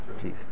please